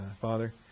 Father